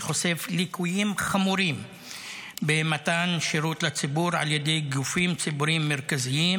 שחושף ליקויים חמורים במתן שירות לציבור על ידי גופים ציבוריים מרכזיים,